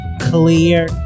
clear